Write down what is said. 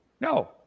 No